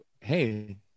Hey